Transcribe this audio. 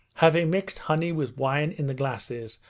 having mixed honey with wine in the glasses,